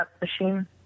machine